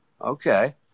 Okay